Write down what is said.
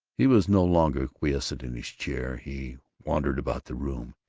he was no longer quiescent in his chair he wandered about the room,